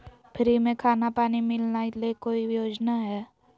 Free में खाना पानी मिलना ले कोइ योजना हय?